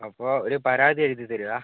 അപ്പോൾ ഒരു പരാതി എഴുതി തരിക